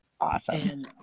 Awesome